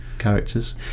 characters